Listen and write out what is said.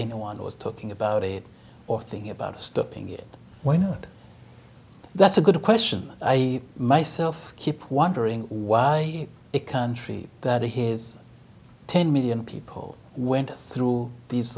anyone was talking about it or thinking about stopping it when and that's a good question i myself keep wondering why a country that his ten million people went through these